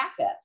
backups